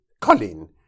Colin